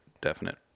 Definite